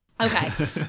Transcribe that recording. Okay